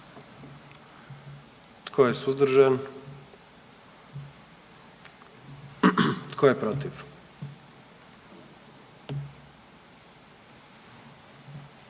Tko je suzdržan? Tko je protiv?